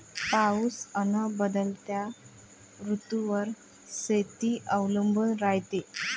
पाऊस अन बदलत्या ऋतूवर शेती अवलंबून रायते